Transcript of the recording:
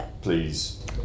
please